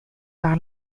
par